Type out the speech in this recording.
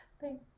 Thank